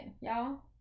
y'all